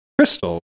crystal